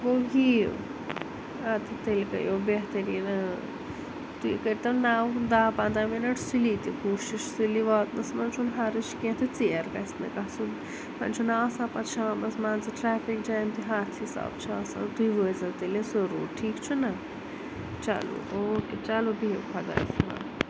گوٚو یِیوٗ اَدٕ تیٚلہِ گٔیٚیو بہتریٖن ٲں تُہۍ کٔرِتو نَو داہ پنٛداہ مِنٹ سُلی تہِ کوٗشِش سُلہِ واتٕنَس منٛز چھُنہٕ حرج کیٚنٛہہ تہٕ ژیر گژھہِ نہٕ گژھُن وۄنۍ چھُنہ آسان پتہٕ شامَس منٛزٕ ٹرٛایفِک جام تہِ ہَتھ حِسابہٕ چھِ آسان تُہۍ وٲتِزیٛو تیٚلہِ ضُروٗر ٹھیٖک چھُو نا چلو او کےٚ چلو بہیٛو خُۄدایَس حوالہِ